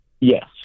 Yes